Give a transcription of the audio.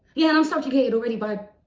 yeah, and i'm subjugated already by